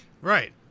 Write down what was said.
Right